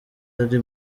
ari